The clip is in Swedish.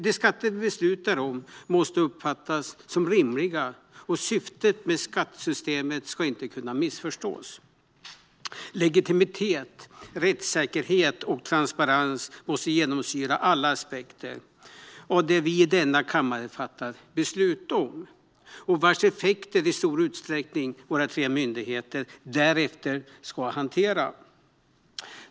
De skatter vi beslutar om måste uppfattas som rimliga, och syftet med skattesystemet ska inte kunna missförstås. Legitimitet, rättssäkerhet och transparens måste genomsyra alla aspekter av det som vi i denna kammare fattar beslut om och vars effekter i stor utsträckning våra tre myndigheter därefter ska hantera.